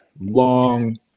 long